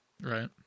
right